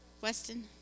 Weston